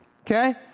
okay